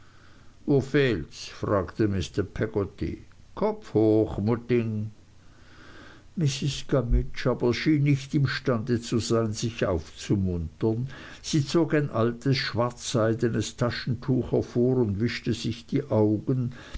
fragte mr peggotty kopf hoch mutting mrs gummidge aber schien nicht imstande zu sein sich aufzumuntern sie zog ein altes schwarzseidenes taschentuch hervor und wischte sich die augen